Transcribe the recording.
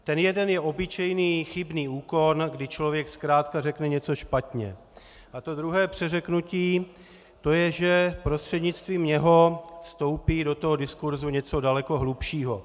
Ten jeden je obyčejný chybný úkon, kdy člověk zkrátka řekne něco špatně, a to druhé přeřeknutí, to je, že prostřednictvím něj vstoupí do toho diskursu něco daleko hlubšího.